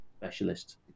specialist